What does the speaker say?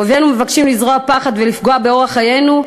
אויבינו מבקשים לזרוע פחד ולפגוע באורח חיינו,